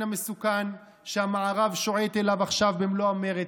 המסוכן שהמערב שועט אליו עכשיו במלוא המרץ,